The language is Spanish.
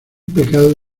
pecado